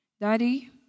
Daddy